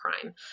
crime